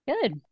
Good